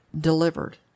delivered